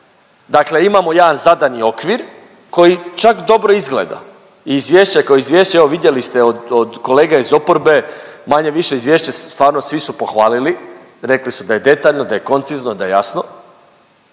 dakle imamo jedan zadani okvir koji čak dobro izgleda i izvješće ko izvješće evo vidjeli ste od kolega iz oporbe, manje-više izvješće su stvarno svi su pohvalili, rekli su da je detaljno, da je koncizno, da je jasno,